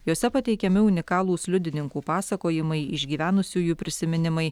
jose pateikiami unikalūs liudininkų pasakojimai išgyvenusiųjų prisiminimai